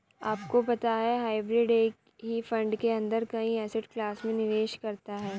आपको पता है हाइब्रिड एक ही फंड के अंदर कई एसेट क्लास में निवेश करता है?